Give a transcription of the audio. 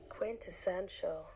Quintessential